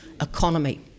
economy